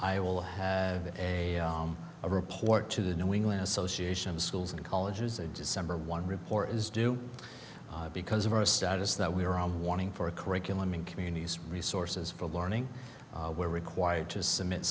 i will have a report to the new england association of schools and colleges a december one report is due because of our status that we are on warning for a curriculum in communities resources for learning we're required to submit